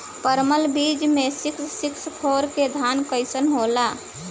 परमल बीज मे सिक्स सिक्स फोर के धान कईसन होला?